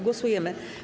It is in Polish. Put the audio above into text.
Głosujemy.